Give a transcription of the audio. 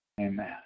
Amen